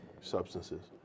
substances